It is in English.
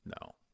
no